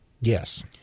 Yes